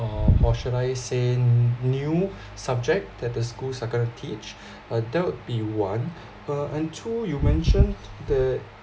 or or should I say new subject that the schools are gonna teach uh that'll be one uh and two you mentioned that